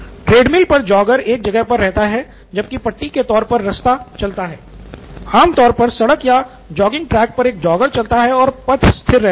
treadmill पर jogger एक जगह पर रहता है जबकि पट्टी के तौर पर रास्ता चलता है आम तौर पर सड़क या जॉगइंग ट्रैक पर एक जॉगर चलता है और पथ स्थिर रहता है